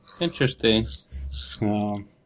Interesting